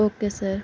okay sir